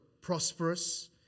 prosperous